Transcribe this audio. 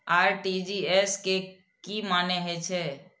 RTGS के की मानें हे छे?